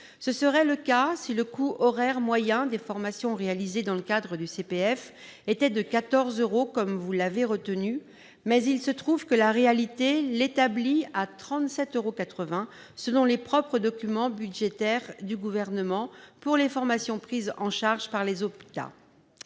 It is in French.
Ce serait le cas si le coût horaire moyen des formations réalisées dans le cadre du CPF était de 14 euros comme vous l'avez retenu, madame la ministre, mais la réalité l'établit à 37,80 euros, selon les propres documents budgétaires du Gouvernement, pour ce qui concerne les formations prises en charge par les OPCA,